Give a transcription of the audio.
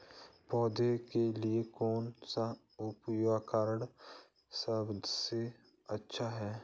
पौधों के लिए कौन सा उर्वरक सबसे अच्छा है?